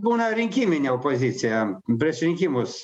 būna rinkiminė opozicija prieš rinkimus